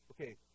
okay